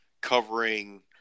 covering